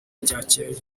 ryakeye